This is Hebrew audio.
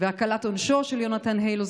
גם הקלת עונשו של יונתן היילו,